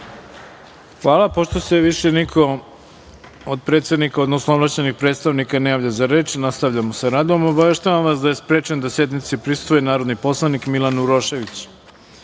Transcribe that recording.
Dačić** Pošto se više niko od predsednika odnosno ovlašćenih predstavnika ne javlja za reč, nastavljamo sa radom. Obaveštavam vas da je sprečen da sednici prisustvuje narodni poslanik Milan Urošević. Poštovani